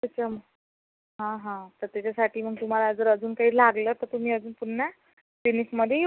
त्याच्याम हां हां तर त्याच्यासाठी मग तुम्हाला जर अजून काही लागलं तर तुम्ही अजून पुन्हा क्लिनिकमध्ये येऊ